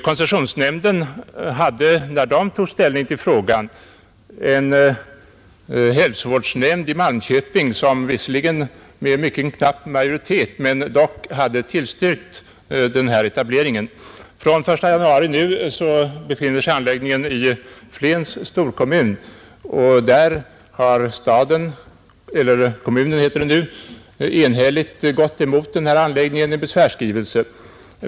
Koncessionsnämnden hade vid sitt ställningstagande att beakta att hälsovårdsnämnden i Malmköping — visserligen med mycket knapp majoritet — tillstyrkt denna etablering. Från den 1 januari i år befinner sig anläggningen emellertid i Flens storkommun, och kommunen har enhälligt gått emot projektet i en besvärsskrivelse.